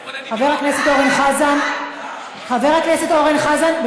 חבר הכנסת אלעזר שטרן, שלוש דקות לרשותך.